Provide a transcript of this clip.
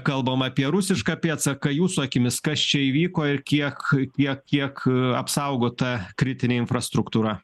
kalbama apie rusišką pėdsaką jūsų akimis kas čia įvyko ir kiek kiek kiek apsaugota kritinė infrastruktūra